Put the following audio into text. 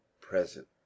present